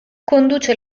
conduce